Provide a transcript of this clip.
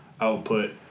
output